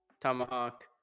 Tomahawk